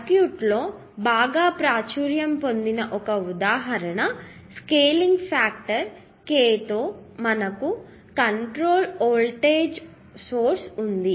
circuit లో బాగా ప్రాచుర్యం పొందిన ఒక ఉదాహరణ స్కేలింగ్ ఫ్యాక్టర్ k తో మనకు కంట్రోల్ వోల్టేజ్ వోల్టేజ్ సోర్స్ ఉంది